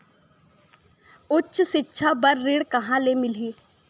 उच्च सिक्छा बर ऋण कहां ले मिलही?